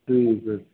ठीक है